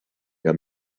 down